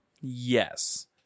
Yes